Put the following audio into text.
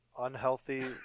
unhealthy